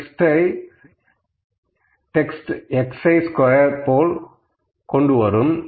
text xi squared போல் கொண்டு வரும்